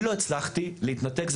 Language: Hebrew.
אני לא הצלחתי להתנתק,